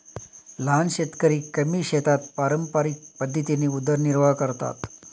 लहान शेतकरी कमी शेतात पारंपरिक पद्धतीने उदरनिर्वाह करतात